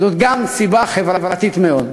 זאת גם סיבה חברתית מאוד.